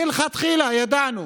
מלכתחילה ידענו